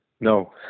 No